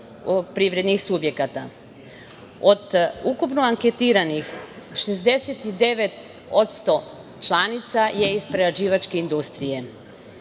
privrednih subjekata. Od ukupno anketiranih, 69% članica je iz prerađivačke industrije.